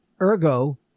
ergo